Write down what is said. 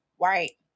right